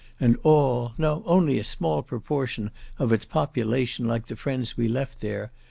and all, no, only a small proportion of its population like the friends we left there,